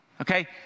okay